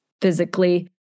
physically